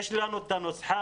"יש לנו את הנוסחה,